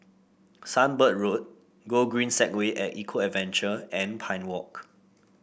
Sunbird Road Gogreen Segway at Eco Adventure and Pine Walk